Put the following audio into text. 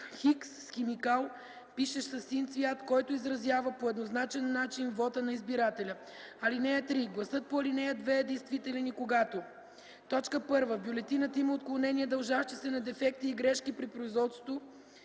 с химикал, пишещ със син цвят, който изразява по еднозначен начин вота на избирателя. (3) Гласът по ал. 2 е действителен и когато: 1. в бюлетината има отклонения, дължащи се на дефекти и грешки при производството,